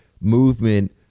movement